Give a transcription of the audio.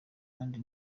kandi